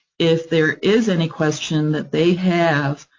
if there is any question that they have,